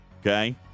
Okay